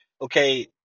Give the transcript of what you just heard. Okay